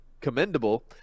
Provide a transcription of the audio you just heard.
commendable